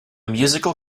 musical